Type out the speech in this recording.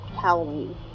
Halloween